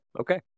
Okay